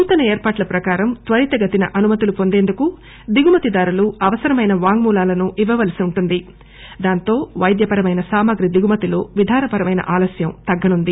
నూతన ఏర్పాట్ల ప్రకారం త్వరితగతిన అనుమతులు పొందేందుకు దిగుమతిదారులు అవసరమైన వాంగ్మూలాలను ఇవ్వవలసి ఉంటుంది దాంతో పైద్య పరమైన సామగ్రి దిగుమతి లో విధానపరమైన ఆలస్యం తగ్గనుంది